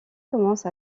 commence